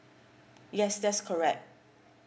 yes that's correct